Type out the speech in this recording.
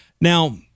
Now